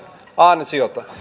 ansiota